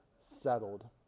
settled